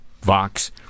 Vox